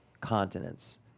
continents